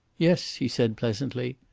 yes, he said pleasantly.